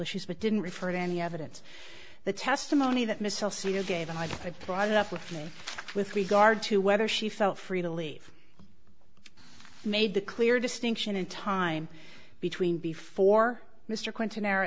issues but didn't refer to any evidence the testimony that missile c e o gave i brought it up with me with regard to whether she felt free to leave made the clear distinction in time between before mr clinton